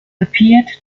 appeared